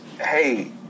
hey